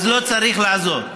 אז לא צריך לעזור.